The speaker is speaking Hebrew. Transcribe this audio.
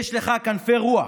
יש לך כנפי רוח,